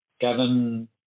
Gavin